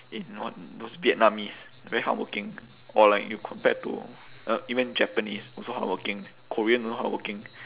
in what those vietnamese very hardworking or like you compared to uh even japanese also hardworking korean also hardworking